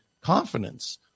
confidence